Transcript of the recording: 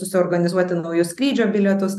susiorganizuoti naujus skrydžio bilietus